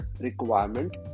requirement